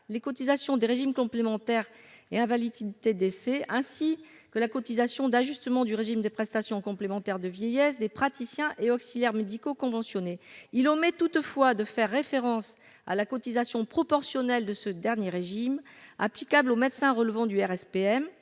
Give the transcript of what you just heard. les cotisations des régimes complémentaires et invalidité-décès, ainsi que la cotisation d'ajustement du régime de prestations complémentaires de vieillesse des praticiens et auxiliaires médicaux conventionnés, omettant lui aussi de faire référence à la cotisation proportionnelle de ce dernier régime, applicable aux médecins relevant du RSPM,